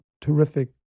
terrific